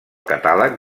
catàleg